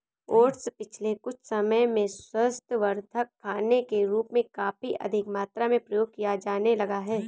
oats पिछले कुछ समय से स्वास्थ्यवर्धक खाने के रूप में काफी अधिक मात्रा में प्रयोग किया जाने लगा है